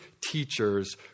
teachers